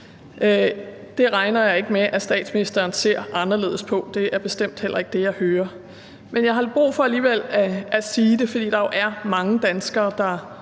Det regner jeg ikke med statsministeren ser anderledes på, og det er bestemt heller ikke det, jeg hører. Men jeg har alligevel brug for at sige det, fordi der jo er mange danskere, der